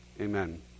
Amen